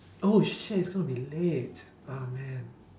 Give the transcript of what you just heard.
oh shit it's gonna be late ah man